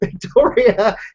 Victoria